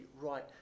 right